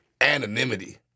anonymity